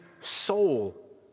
soul